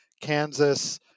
Kansas